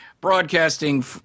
broadcasting